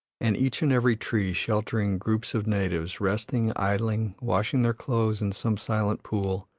and each and every tree sheltering groups of natives, resting, idling, washing their clothes in some silent pool,